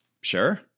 sure